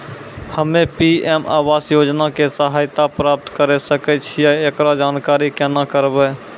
हम्मे पी.एम आवास योजना के सहायता प्राप्त करें सकय छियै, एकरो जानकारी केना करबै?